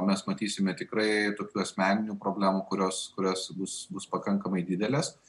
mes matysime tikrai tokių asmeninių problemų kurios kurias bus bus pakankamai didelės